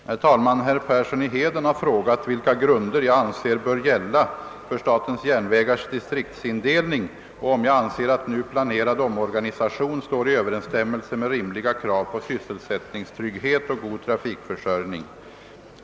Herr talman! Herr Persson i Heden har frågat vilka grunder jag anser bör gälla för SJ:s distriktsindelning och om jag anser att nu planerad omorganisation står i överensstämmelse med rimliga krav på sysselsättningstrygghet och god trafikförsörjning.